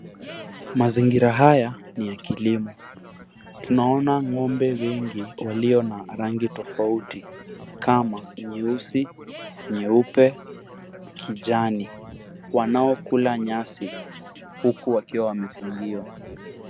Mazingira haya ni ya kilimo. Tunaona ng'ombe wengi walio na rangi tofauti kama nyeusi, nyeupe, kijani, wanaokula nyasi huku wakiwa wamefungiwa.